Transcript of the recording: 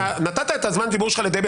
גלעד, אתה נתת את זמן הדיבור שלך לדבי.